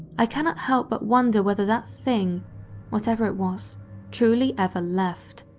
i cannot help but wonder whether that thing whatever it was truly ever left.